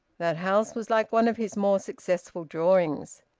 that house was like one of his more successful drawings.